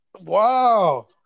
Wow